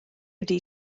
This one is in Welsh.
ydy